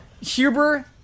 Huber